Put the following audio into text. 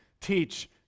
teach